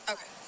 Okay